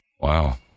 wow